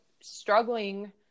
struggling